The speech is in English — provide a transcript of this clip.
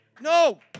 no